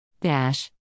Dash